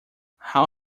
how